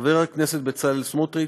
חבר הכנסת בצלאל סמוטריץ,